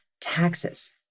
taxes